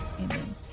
Amen